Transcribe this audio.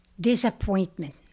Disappointment